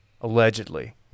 allegedly